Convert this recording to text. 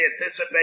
anticipate